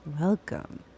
Welcome